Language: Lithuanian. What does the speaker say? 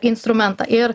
instrumentą ir